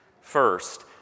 First